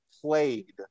played